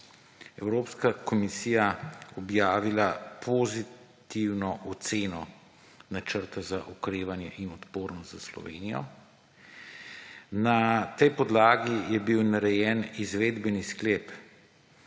Evropska komisija objavila pozitivno oceno načrta za okrevanje in odpornost za Slovenijo. Na tej podlagi je bil narejen izvedbeni sklep,